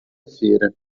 feira